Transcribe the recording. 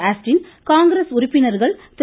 Austin Congress உறுப்பினர்கள் திரு